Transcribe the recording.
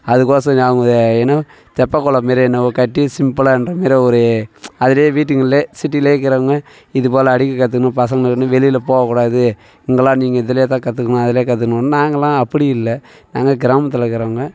அதுக்கொசரம் அவங்க என்ன தெப்ப குளம் மாரி என்னவோ கட்டி சிம்பிளாகன்ற மாரி ஒரு அதிலே வீட்டுங்கள்லே சிட்டிலே இருக்கிறவங்க இதுபோல் அடிக்க கற்றுக்கணும் பசங்கள் வந்து வெளியில போகக்கூடாது இங்கேலாம் நீங்கள் இதிலேதான் கற்றுக்கணும் அதிலே கற்றுக்கணுன்னு நாங்களாம் அப்படி இல்லை நாங்கள் கிராமத்தில் இருக்கிறவங்க